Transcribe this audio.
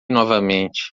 novamente